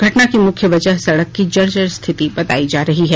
घटना की मुख्य वजह सड़क की जर्जर स्थिति बतायी जा रही है